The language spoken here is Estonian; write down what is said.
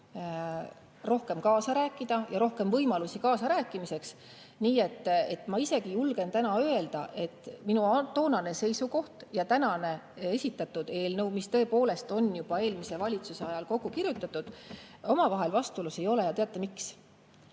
rohkem kaasa rääkida ja saada rohkem võimalusi kaasarääkimiseks. Nii et ma isegi julgen öelda, et minu toonane seisukoht ja tänane esitatud eelnõu, mis tõepoolest on juba eelmise valitsuse ajal kokku kirjutatud, omavahel vastuolus ei ole. Ja teate, miks?